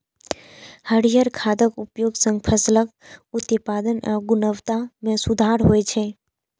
हरियर खादक उपयोग सं फसलक उत्पादन आ गुणवत्ता मे सुधार होइ छै